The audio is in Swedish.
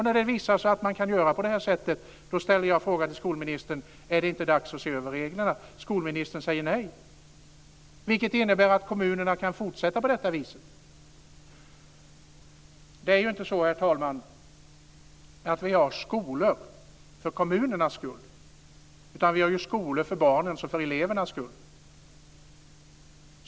När det visar sig att man kan göra på det här sättet ställer jag frågan till skolministern: Är det inte dags att se över reglerna? Skolministern säger nej. Det innebär att kommunerna kan fortsätta på detta vis. Det är inte så, herr talman, att vi har skolor för kommunernas skull, utan vi har skolor för barnens, för elevernas skull.